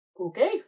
Okay